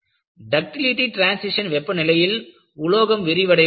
ductility transition வெப்பநிலையில் உலோகம் விரிவடைவது இல்லை